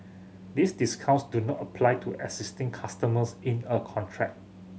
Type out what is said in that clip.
these discounts do not apply to existing customers in a contract